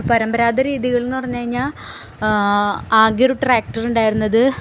പരമ്പരാഗത രീതികൾ എന്നു പറഞ്ഞുകഴിഞ്ഞാല് ആകെയൊരു ട്രാക്ടറുണ്ടായിരുന്നത്